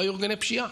לא היו ארגוני פשיעה.